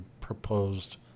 proposed